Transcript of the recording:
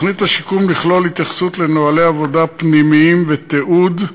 על תוכנית השיקום לכלול התייחסות לנוהלי עבודה פנימיים ותיעוד,